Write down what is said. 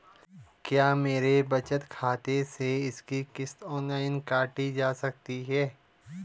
क्या मेरे बचत खाते से इसकी किश्त ऑनलाइन काटी जा सकती है?